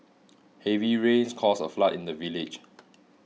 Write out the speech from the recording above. heavy rains caused a flood in the village